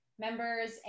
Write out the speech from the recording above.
members